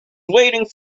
waiting